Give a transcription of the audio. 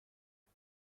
منم